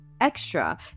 Extra